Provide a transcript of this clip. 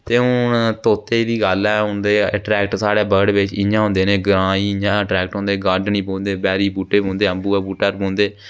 ते हुन तोते दी गल्ल ऐ उं'दे एटरैक्ट साढ़े बर्ड बिच्च इयां होंदे न साढ़े ग्रांऽ च इ'यां एटरैक्ट होंदे गार्डन च बेरी बहूटे बौह्ंदे अंबें दे बहूटे पर बौंह्दे